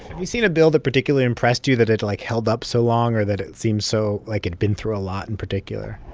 you seen a bill that particularly impressed you that it, like, held up so long or that it seems so like it'd been through a lot in particular?